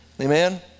Amen